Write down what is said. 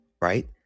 Right